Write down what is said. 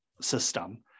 system